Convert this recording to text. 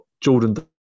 Jordan